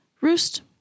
Roost